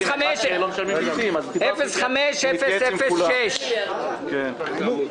אני רוצה להודיע שההודעה שאגף התקציבים ואני חתומים עליה לגבי